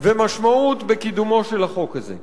ומשמעות בקידומו של החוק הזה.